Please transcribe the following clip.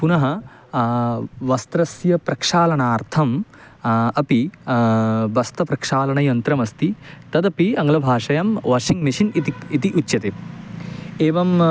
पुनः वस्त्रस्य प्रक्षालनार्थम् अपि वस्त्रपक्षालनयन्त्रमस्ति तदपि आङ्ग्लभाषायां वाशिङ्ग् मिशिन् इति इति उच्यते एवम्